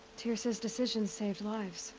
teersa's decisions saved lives.